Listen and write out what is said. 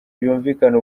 byumvikana